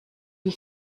wie